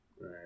Right